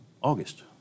August